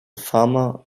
farmer